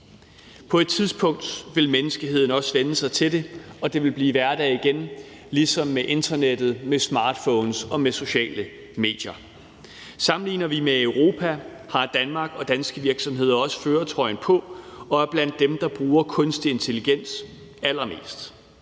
På et tidspunkt vil menneskeheden også vænne sig til det, og det vil blive hverdag igen, ligesom med internettet, med smartphones og med sociale medier. Sammenligner vi med Europa, har Danmark og danske virksomheder også førertrøjen på og er blandt dem, der bruger kunstig intelligens allermest.